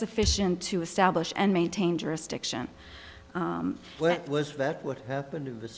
sufficient to establish and maintain jurisdiction what was that what happened to